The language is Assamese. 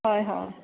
হয় হয়